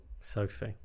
Sophie